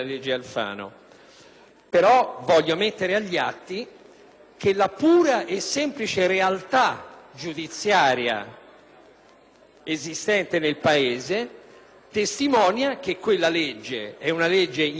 però voglio mettere agli atti che la pura e semplice realtà giudiziaria esistente nel Paese testimonia che quella legge è ingiusta